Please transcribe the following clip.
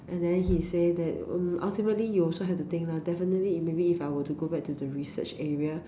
and then he say that oh ultimately you also have to think lah definitely if maybe if I were to go back to the research area